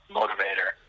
motivator